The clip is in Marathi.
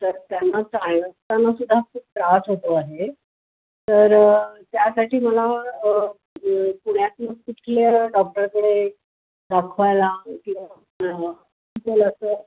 सर त्यांना चालत असतानासुद्धा खूप त्रास होतो आहे तर त्यासाठी मला पुण्यात कुठल्या डॉक्टरकडे दाखवायला किंवा असं किंवा असं